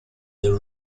the